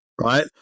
right